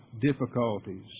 difficulties